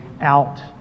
out